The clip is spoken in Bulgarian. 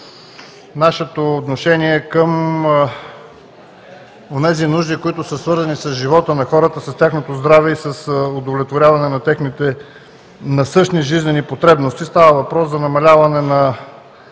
нашето отношение към онези нужди, които са свързани с живота на хората, с тяхното здраве и с удовлетворяване на техните насъщни жизнени потребности. Става въпрос за намаляване на